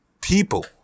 people